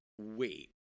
wait